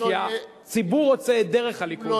כי הציבור רוצה את דרך הליכוד.